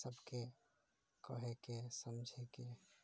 सबकेँ कहैके समझैके